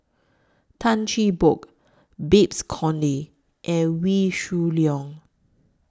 Tan Cheng Bock Babes Conde and Wee Shoo Leong